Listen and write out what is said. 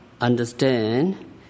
understand